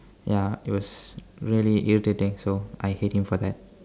ya it was really irritating so I hate him for that